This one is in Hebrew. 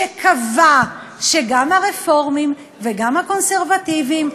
שקבע שגם הרפורמים וגם הקונסרבטיבים,